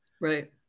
Right